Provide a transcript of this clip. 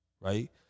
right